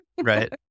right